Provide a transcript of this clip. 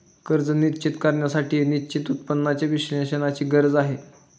कर्ज निश्चित करण्यासाठी निश्चित उत्पन्नाच्या विश्लेषणाची गरज आहे